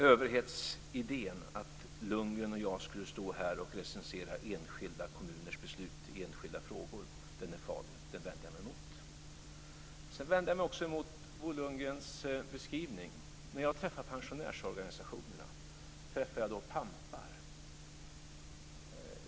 Överhetsidén, att Lundgren och jag skulle stå här och recensera enskilda kommuners beslut i enskilda frågor, är farlig. Den vänder jag mig emot. Jag vänder mig också emot Bo Lundgrens beskrivning. Träffar jag pampar när jag träffar pensionärsorganisationerna?